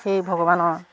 সেই ভগৱানৰ